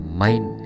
mind